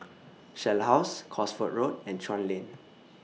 Shell House Cosford Road and Chuan Lane